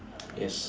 yes